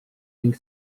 ning